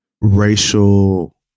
racial